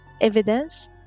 evidence